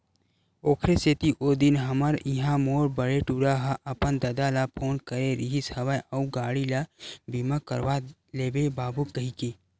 ओखरे सेती ओ दिन हमर इहाँ मोर बड़े टूरा ह अपन ददा ल फोन करे रिहिस हवय अउ गाड़ी ल बीमा करवा लेबे बाबू कहिके